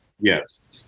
Yes